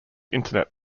internet